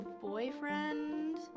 boyfriend